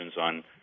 on